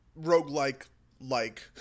roguelike-like